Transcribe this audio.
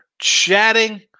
chatting